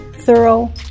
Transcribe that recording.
thorough